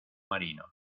marino